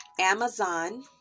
Amazon